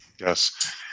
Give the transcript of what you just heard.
Yes